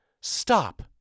stop